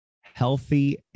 healthy